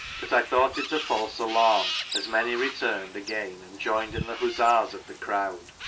but i thought it a false alarm, as many returned again and joined in the huzzas of the crowd.